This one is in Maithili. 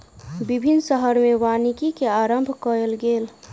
विभिन्न शहर में वानिकी के आरम्भ कयल गेल